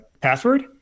password